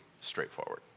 straightforward